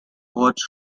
hot